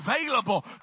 available